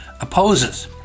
opposes